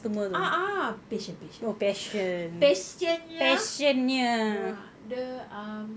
ah ah patient patient patientnya dia um